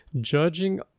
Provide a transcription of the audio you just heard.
judging